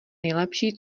nejlepší